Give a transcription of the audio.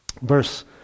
Verse